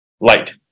light